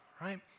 right